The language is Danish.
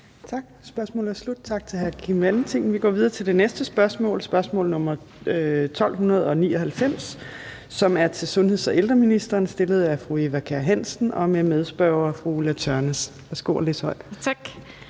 Tak. Spørgsmålet er slut. Tak til hr. Kim Valentin. Vi går videre til det næste spørgsmål, spørgsmål nr. 1299, som er til sundheds- og ældreministeren stillet af fru Eva Kjer Hansen og med fru Ulla Tørnæs som medspørger. Kl.